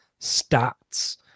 stats